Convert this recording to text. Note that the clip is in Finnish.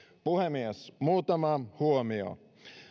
puhemies muutama huomio